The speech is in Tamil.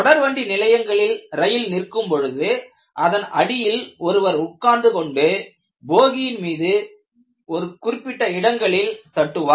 தொடர்வண்டி நிலையங்களில் ரயில் நிற்கும் பொழுது அதன் அடியில் ஒருவர் உட்கார்ந்து கொண்டு போகியின் மீது குறிப்பிட்ட இடங்களில் தட்டுவார்